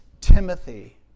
Timothy